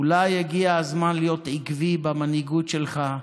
אולי הגיע הזמן להיות עקבי במנהיגות שלך.